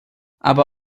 aber